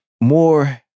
more